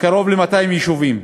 קרוב ל-200 יישובים.